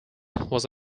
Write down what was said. was